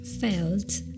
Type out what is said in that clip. felt